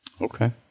Okay